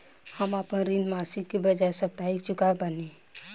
हम आपन ऋण मासिक के बजाय साप्ताहिक चुका रहल बानी